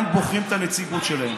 הם בוחרים את הנציגות שלהם.